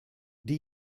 die